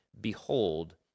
Behold